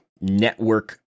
network